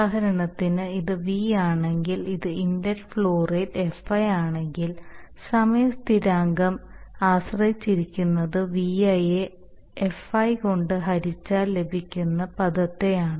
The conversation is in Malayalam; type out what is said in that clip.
ഉദാഹരണത്തിന് ഇത് V ആണെങ്കിൽ ഇത് ഇൻലെറ്റ് ഫ്ലോ റേറ്റ് Fi ആണെങ്കിൽ സമയ സ്ഥിരാങ്കം ആശ്രയിച്ചിരിക്കുന്നത് V യെ Fi കൊണ്ട് ഹരിച്ചാൽ ലഭിക്കുന്ന പദത്തെയാണ്